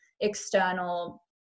external